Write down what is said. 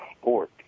sport